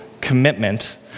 commitment